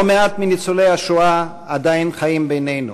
לא מעט ניצולי השואה עדיין חיים בינינו,